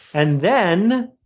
and then